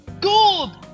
Gold